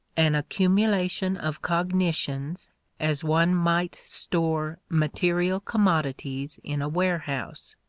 an accumulation of cognitions as one might store material commodities in a warehouse.